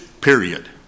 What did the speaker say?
period